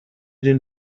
den